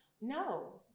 no